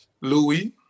Louis